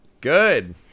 Good